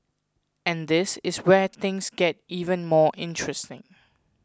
and this is where things get even more interesting